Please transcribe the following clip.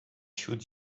should